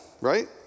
right